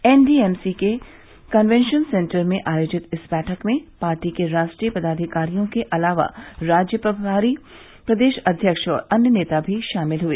NDMC के convention centre में आयोजित इस बैठक में पार्टी के राष्ट्रीय पदाधिकारियों के अलावा राज्य प्रभारी प्रदेश अध्यक्ष और अन्य नेता भी शामिल हुए